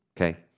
Okay